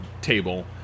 table